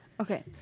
Okay